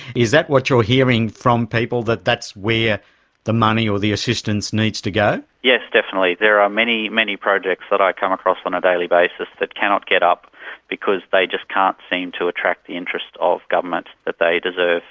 is that what you're hearing from people, that that's where the money or the assistance needs to go? yes, definitely. there are many, many projects that i come across on a daily basis that cannot get up because they just can't seem to attract the interest of government that they deserve.